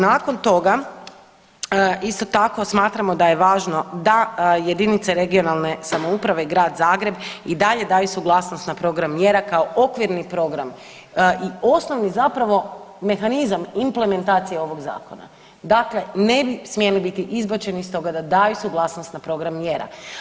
Nakon toga isto tako smatramo da je važno da jedinice regionalne samouprave i Grad Zagreb i dalje daju suglasnost na program mjera kao okvirni program i osnovni zapravo mehanizam implementacije ovog zakona, dakle ne bi smjeli biti izbačeni iz toga da daju suglasnost na program mjera.